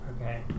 okay